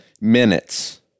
minutes